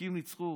והצדיקים ניצחו.